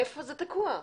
איפה זה תקוע?